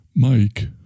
Mike